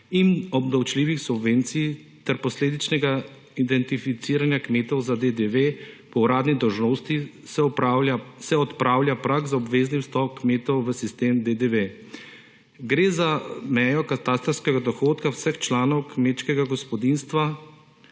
in obdavčljivi subvenciji ter posledičnega identificiranja kmetov za DDV po uradni dolžnosti se odpravlja prag za obvezni vstop kmetov v sistem DDV. Gre za mejo katastrskega dohodka vseh članov kmečkega gospodinjstva